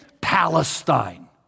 Palestine